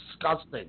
disgusting